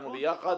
דיברנו ביחד